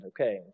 Okay